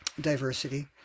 diversity